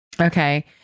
Okay